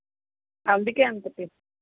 అందుకే అంత టేస్ట్